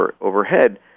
overhead